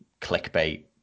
clickbait